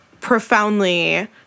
profoundly